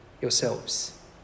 yourselves